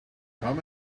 come